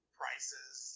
prices